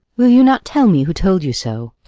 will you not tell me who told you so?